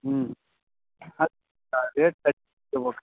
ಹ್ಞೂ